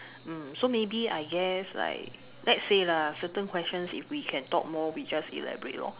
mm so maybe I guess like let's say lah certain questions if we can talk more we just elaborate lor